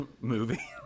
movie